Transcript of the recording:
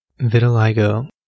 Vitiligo